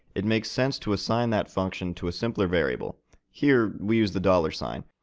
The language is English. it makes sense to assign that function to a simpler variable here we use the dollar sign.